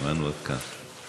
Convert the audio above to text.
שמענו אותך.